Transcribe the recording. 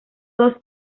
dos